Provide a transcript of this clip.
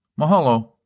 Mahalo